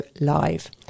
Live